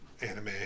anime